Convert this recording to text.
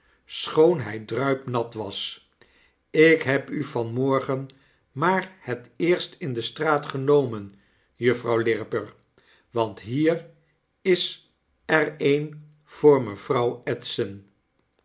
hij druipnat was ik heb u van morgen maar het eerst in de straat genomen juffrouw lirriper want hier is er een voor mevrouw edson